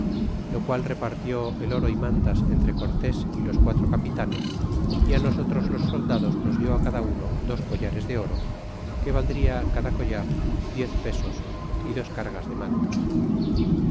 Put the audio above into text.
lo qual repartió el oro y mantas entre cortés y los quatro capitanes á nosotros los soldados nos dió cada uno dos collares de oro que valdria cada collar diez pesos é dos cargas de mantas